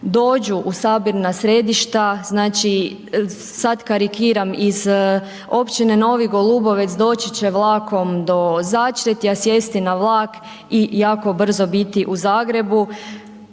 dođu u sabirna središta, znači sad karikiram iz općine Novi Golubovec doći će vlakom do Začretja, sjesti na vlak i jako brzo biti u Zagrebu.